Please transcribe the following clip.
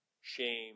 shame